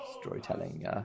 storytelling